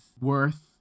worth